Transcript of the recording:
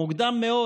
מוקדם מאוד,